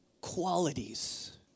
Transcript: qualities